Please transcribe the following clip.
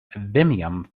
vimium